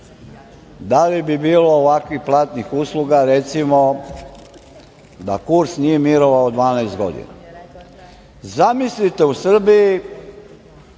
da li bi bilo ovakvih platnih usluga, recimo, da kurs nije mirovao 12 godina? Zamislite, u Srbiji